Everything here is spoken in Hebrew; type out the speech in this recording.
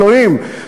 אלוהים,